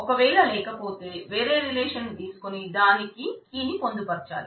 ఒక వేళ లేకపోతే వేరే రిలేషన్ను తీసుకొని దానికి కీ ని పొందుపర్చాలి